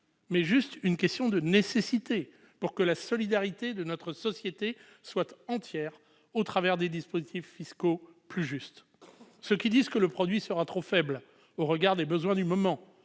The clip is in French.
mais seulement une question de nécessité pour que la solidarité de notre société soit entière, au travers de dispositifs fiscaux plus justes. Ceux qui disent que le produit sera trop faible au regard des besoins du moment